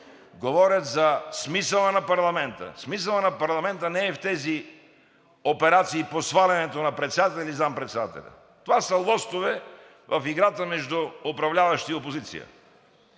говорят за смисъла на парламента. Смисълът на парламента не е в тези операции по свалянето на председателя или заместник-председателя – това са лостове в играта между управляващи и опозиция.